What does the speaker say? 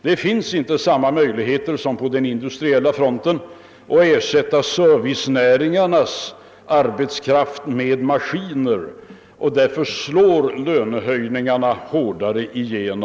Det finns inte samma möjligheter som på den industriella fronten att ersätta servicenäringarnas arbetskraft med maskiner, och därför slår lönehöjningarna igenom hårdare.